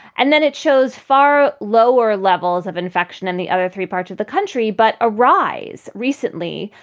and then it shows far lower levels of infection. and the other three parts of the. country, but a rise recently.